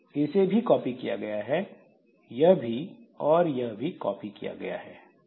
इसे भी कॉपी किया गया है यह भी और यह भी कॉपी किया गया है